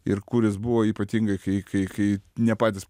ir kur jis buvo ypatingai kai kai kai ne patys